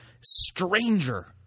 stranger